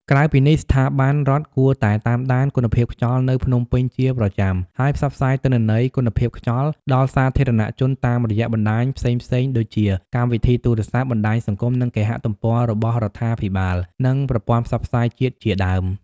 ក្រៅពីនេះ ស្ថាប័នរដ្ឋគួរតែតាមដានគុណភាពខ្យល់នៅភ្នំពេញជាប្រចាំ ហើយផ្សព្វផ្សាយទិន្នន័យគុណភាពខ្យល់ ដល់សាធារណជនតាមរយៈបណ្តាញផ្សេងៗដូចជា កម្មវិធីទូរស័ព្ទ បណ្តាញសង្គម និងគេហទំព័ររបស់រដ្ឋាភិបាល និងប្រព័ន្ធផ្សព្វផ្សាយជាតិជាដើម។